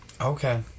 Okay